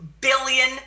billion